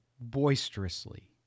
boisterously